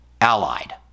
allied